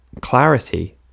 clarity